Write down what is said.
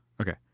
Okay